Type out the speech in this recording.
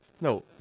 No